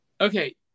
Okay